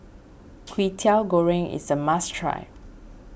Kwetiau Goreng is a must try